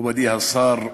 מכובדי השר,